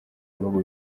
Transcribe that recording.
bihugu